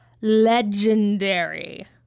legendary